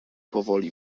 powoli